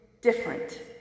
different